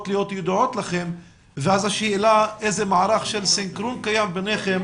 להיות מוכרות לכם ואז השאלה איזה מערך של סנכרון קיים ביניכם